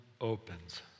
opens